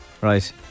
Right